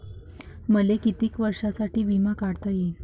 मले कितीक वर्षासाठी बिमा काढता येईन?